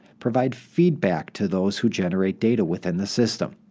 provide feedback to those who generate data within the system.